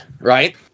right